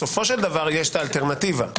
יש האלטרנטיבה,